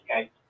okay